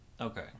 okay